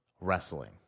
Wrestling